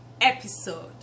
episode